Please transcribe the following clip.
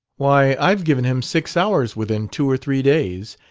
why, i've given him six hours within two or three days.